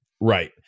right